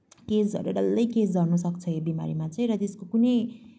केश झरेर डल्लै केश झर्नुसक्छ यो बिमारीमा चाहिँ र त्यसको कुनै